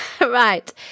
right